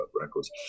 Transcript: records